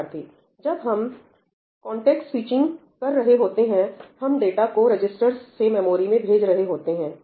विद्यार्थी जब हम कन्टेक्स्टस्विचिंग कर रहे होते हैं हम डाटा को रजिस्टर्स से मेमोरी में भेज रहे होते हैं